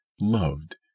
loved